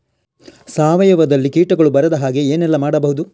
ಸಾವಯವದಲ್ಲಿ ಕೀಟಗಳು ಬರದ ಹಾಗೆ ಏನೆಲ್ಲ ಮಾಡಬಹುದು?